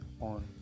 on